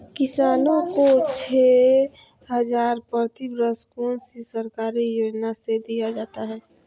किसानों को छे हज़ार प्रति वर्ष कौन सी सरकारी योजना से दिया जाता है?